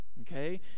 Okay